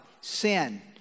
Sin